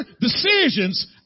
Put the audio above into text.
decisions